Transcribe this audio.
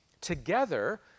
Together